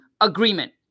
agreement